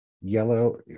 Yellow